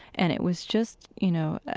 and it was just, you know,